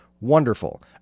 Wonderful